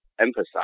emphasize